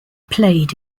played